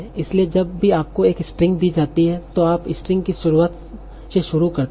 इसलिए जब भी आपको एक स्ट्रिंग दी जाती है तो आप स्ट्रिंग की शुरुआत से शुरू करते हैं